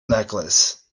necklace